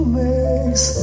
makes